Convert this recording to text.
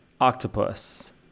Octopus